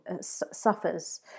suffers